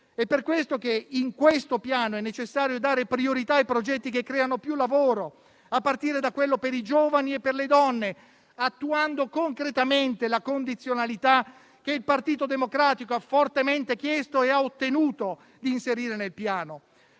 Per questo nel Piano è necessario dare priorità ai progetti che creano più lavoro, a partire da quello per i giovani e per le donne, attuando concretamente la condizionalità che il Partito Democratico ha fortemente chiesto e ottenuto di inserire nel Piano.